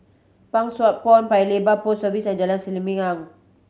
Pang Sua Pond Paya Lebar Post Office and Jalan Selimang